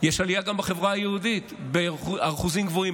יש עלייה גם בחברה היהודית באחוזים גבוהים.